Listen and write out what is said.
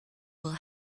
will